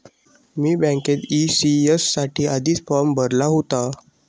मी बँकेत ई.सी.एस साठी आधीच फॉर्म भरला होता